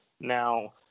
Now